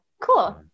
cool